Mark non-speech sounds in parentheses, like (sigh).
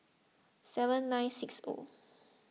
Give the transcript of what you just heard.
seven nine six O (noise)